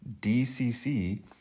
DCC